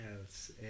else